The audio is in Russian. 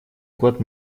год